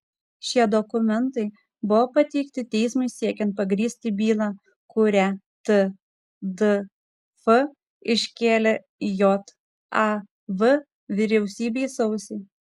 šie dokumentai buvo pateikti teismui siekiant pagrįsti bylą kurią tdf iškėlė jav vyriausybei sausį